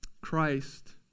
Christ